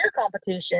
competition